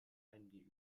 eingeübt